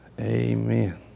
Amen